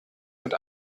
mit